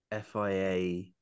fia